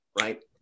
right